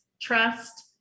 trust